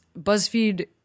BuzzFeed